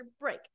break